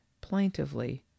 plaintively